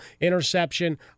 interception